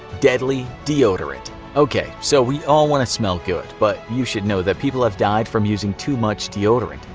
deadly deodorant ok, so we all want to smell good, but you should know that people have died from using too much deodorant.